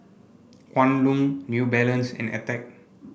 Kwan Loong New Balance and Attack